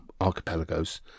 Archipelagos